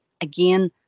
Again